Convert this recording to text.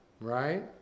right